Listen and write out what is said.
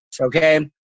okay